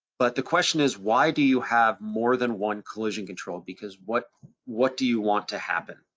but the question is, why do you have more than one collision control? because what what do you want to happen?